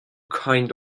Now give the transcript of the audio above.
kind